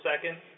second